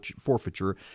forfeiture